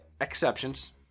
exceptions